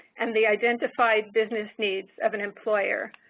and the identify business needs of an employer.